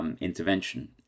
Intervention